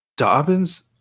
Dobbins